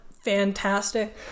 Fantastic